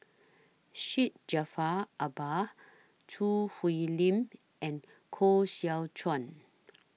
Syed Jaafar Albar Choo Hwee Lim and Koh Seow Chuan